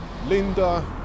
Linda